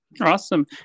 awesome